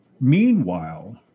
Meanwhile